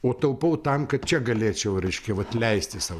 o taupau tam kad čia galėčiau reiškia vat leisti sau